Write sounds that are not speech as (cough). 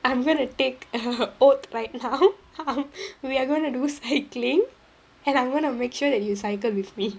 I'm gonna take a oath right now (laughs) we are gonna do cycling and I'm going to make sure that you cycle with me